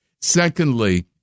Secondly